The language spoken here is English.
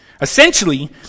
Essentially